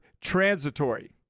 transitory